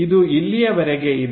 ಇದು ಇಲ್ಲಿಯವರೆಗೆ ಇದೆ